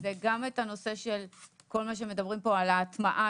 וגם את הנושא שמה שמדברים פה על הטמעת